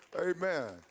Amen